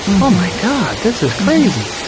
oh, my god, this is crazy.